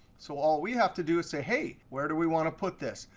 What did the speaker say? so all we have to do is say, hey, where do we want to put this?